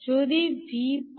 যদি V